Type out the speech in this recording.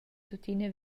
tuttina